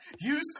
Use